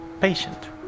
patient